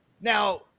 Now